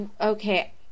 Okay